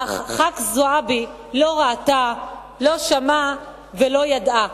אך חברת הכנסת זועבי לא ראתה, לא שמעה ולא ידעה.